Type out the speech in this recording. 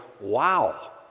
wow